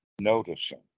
noticing